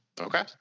Okay